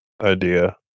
idea